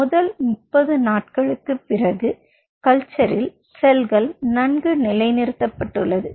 முதல் 30 நாட்களுக்குப் பிறகு கல்ச்சரில் செல்கள் நன்கு நிலைநிறுத்தப் பட்டுள்ளது